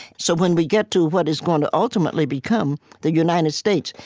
so when we get to what is going to ultimately become the united states,